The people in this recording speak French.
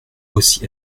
aussi